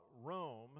Rome